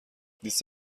لیست